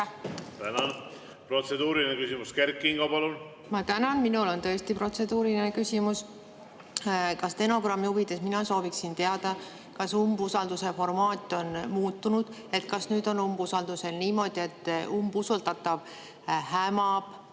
Tänan! Protseduuriline küsimus, Kert Kingo, palun! Ma tänan! Minul on tõesti protseduuriline küsimus, ka stenogrammi huvides. Mina sooviksin teada, kas umbusalduse formaat on muutunud. Kas nüüd on umbusalduse puhul niimoodi, et umbusaldatav hämab,